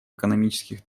экономических